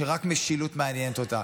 שרק משילות מעניינת אותה,